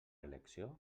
elecció